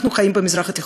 אנחנו חיים במזרח התיכון.